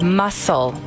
muscle